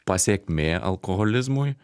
pasekmė alkoholizmui